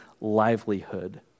livelihood